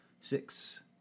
Six